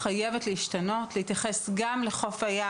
ישבה ושתתה קפה,